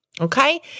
Okay